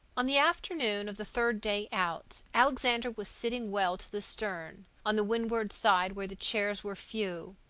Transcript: on the afternoon of the third day out, alexander was sitting well to the stern, on the windward side where the chairs were few,